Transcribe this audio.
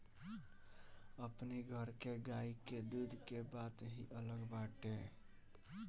अपनी घर के गाई के दूध के बात ही अलग बाटे